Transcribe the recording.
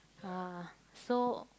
ah so